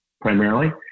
primarily